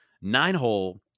nine-hole